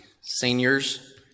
seniors